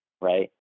Right